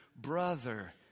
brother